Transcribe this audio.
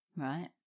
right